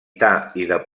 depurar